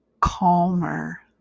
calmer